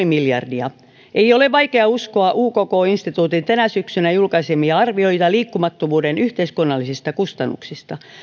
miljardia ei ole vaikea uskoa ukk instituutin tänä syksynä julkaisemia arvioita liikkumattomuuden yhteiskunnallisista kustannuksista